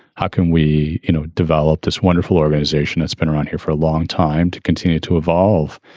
how can we you know develop this wonderful organization that's been around here for a long time to continue to evolve,